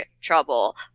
trouble